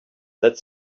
that